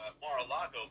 Mar-a-Lago